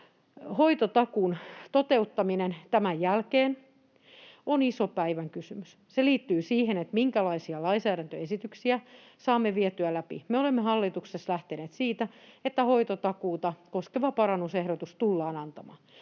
Hoitotakuun toteuttaminen tämän jälkeen on iso päivän kysymys. Se liittyy siihen, minkälaisia lainsäädäntöesityksiä saamme vietyä läpi. Me olemme hallituksessa lähteneet siitä, että hoitotakuuta koskeva parannusehdotus tullaan antamaan.